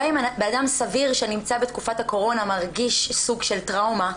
גם בן אדם סביר שנמצא בתקופת הקורונה מרגיש סוג של טראומה,